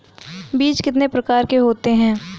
बीज कितने प्रकार के होते हैं?